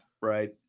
Right